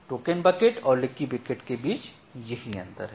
token bucket और leaky bucket के बीच यही अंतर है